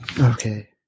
Okay